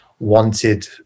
wanted